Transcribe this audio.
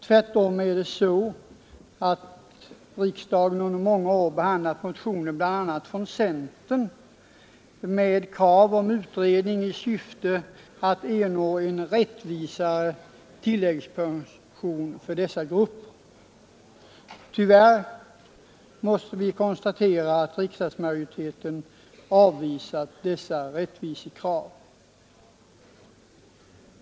Tvärtom har riksdagen under många år behandlat motioner, bl.a. från centern, med krav på utredning i syfte att ernå en rättvisare tilläggspension för dessa grupper. Tyvärr måste vi konstatera att riksdagsmajoriteten avvisat dessa rättvisekrav.